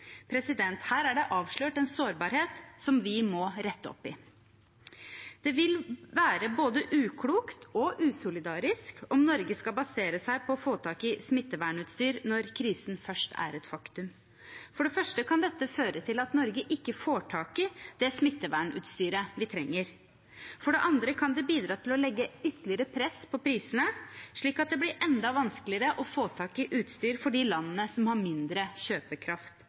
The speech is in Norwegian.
Her er det avslørt en sårbarhet som vi må rette opp i. Det vil være både uklokt og usolidarisk om Norge skal basere seg på å få tak i smittevernutstyr når krisen først er et faktum. For det første kan dette føre til at Norge ikke får tak i det smittevernutstyret vi trenger. For det andre kan det bidra til å legge ytterligere press på prisene, slik at det blir enda vanskeligere å få ta i utstyr for de landene som har mindre kjøpekraft